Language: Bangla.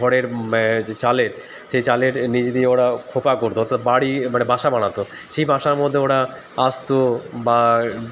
খড়ের যে চালের সেই চালের নিচ দিয়ে ওরা খোঁপা করতো অর্থাৎ বাড়ি মানে বাসা বানাতো সেই বাসার মধ্যে ওরা আসতো বা